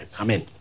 Amen